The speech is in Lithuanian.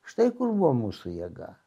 štai kur buvo mūsų jėga